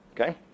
okay